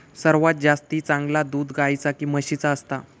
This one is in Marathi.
सर्वात जास्ती चांगला दूध गाईचा की म्हशीचा असता?